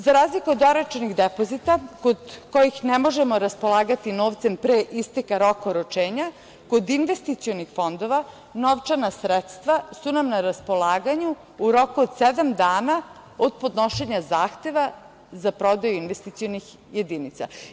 Za razliku od oročenih depozita kod kojih ne možemo raspolagati novcem pre isteka roka oročenja, kod investicionih fondova novčana sredstva su nam na raspolaganju u roku od sedam dana od podnošenja zahteva za prodaju investicionih jedinica.